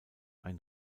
ein